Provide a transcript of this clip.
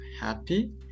happy